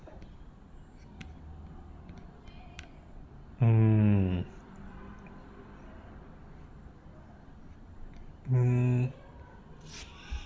mm mm